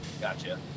Gotcha